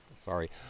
Sorry